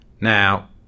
Now